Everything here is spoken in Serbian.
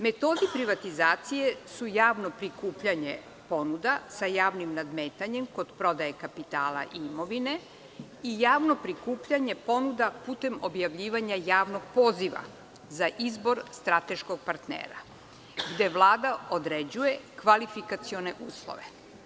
Metodi privatizacije su javno prikupljanje ponuda sa javnim nadmetanjem kod prodaje kapitala i imovine i javno prikupljanje ponuda putem objavljivanja javnog poziva za izbor strateškog partnera, gde Vlada određuje kvalifikacione uslove.